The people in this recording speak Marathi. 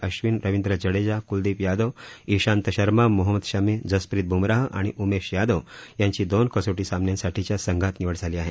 अश्विन रविंद्र जडेजा क्लदीप यादव ईशांत शर्मा मोहम्मद शमी जसप्रीत ब्मराह आणि उमेश यादव यांची दोन कसोटी सामन्यांसाठीच्या संघात निवड झाली आहे